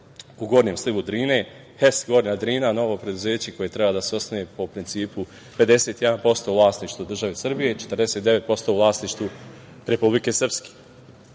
u gornjem slivu Drine, HES Gornja Drina, novo preduzeće koje treba da se osnuje po principu 51% vlasništvo države Srbije i 49% vlasništvo Republike Srpske.